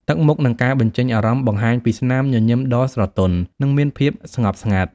ទឹកមុខ និងការបញ្ចេញអារម្មណ៍បង្ហាញពី ស្នាមញញឹមដ៏ស្រទន់ និងមានភាពស្ងប់ស្ងាត់។